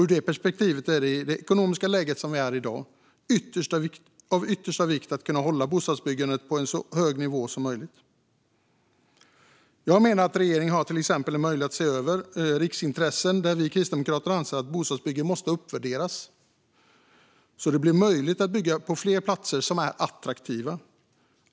Ur det perspektivet är det, i det ekonomiska läge som vi har i dag, av yttersta vikt att hålla bostadsbyggandet på så hög nivå som möjligt. Regeringen har till exempel möjlighet att se över riksintressen. Vi kristdemokrater anser att bostadsbyggandet måste uppvärderas så att det blir möjligt att bygga på fler platser som är attraktiva.